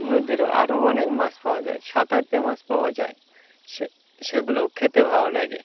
নদীরও আরও অনেক মাছ পাওয়া যায় সাত আটটা মাছ পাওয়া যায় সে সেগুলোও খেতে ভালো লাগে